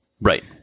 right